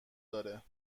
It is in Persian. داره